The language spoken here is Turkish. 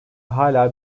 hala